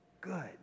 good